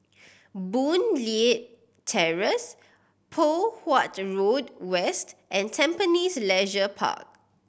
Boon Leat Terrace Poh Huat Road West and Tampines Leisure Park